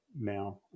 now